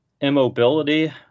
immobility